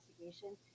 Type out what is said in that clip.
investigation